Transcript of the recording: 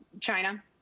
China